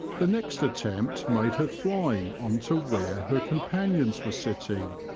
the next attempt made her fly on to where her companions were sitting,